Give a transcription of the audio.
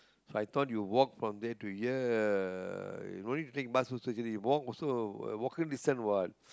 I thought you walk from there to here no need to take bus also uh walk also walking distance what